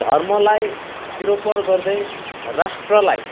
धर्मलाई सिरोपर गर्दै राष्ट्रलाई